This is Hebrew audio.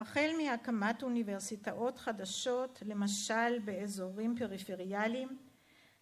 ‫החל מהקמת אוניברסיטאות חדשות, ‫למשל באזורים פריפריאליים.